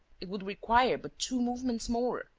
it would require but two movements more.